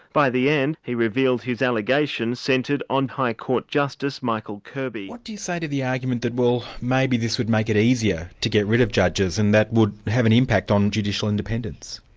by the end, he revealed his allegations centred on high court justice, michael kirby. what do you say to the argument that well, maybe this would make it easier to get rid of judges and that would have an impact on judicial independence?